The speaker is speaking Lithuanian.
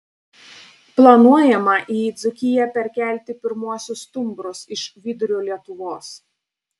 planuojama į dzūkiją perkelti pirmuosius stumbrus iš vidurio lietuvos